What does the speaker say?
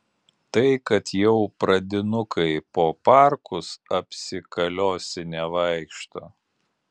tai kad jau pradinukai po parkus apsikaliosinę vaikšto